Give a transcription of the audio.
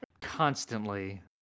constantly